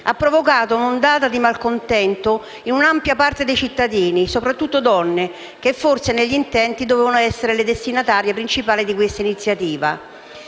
ha provocato un'ondata di malcontento in un'ampia parte dei cittadini, soprattutto donne, che forse negli intenti dovevano essere le destinatarie principali di questa iniziativa.